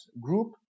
group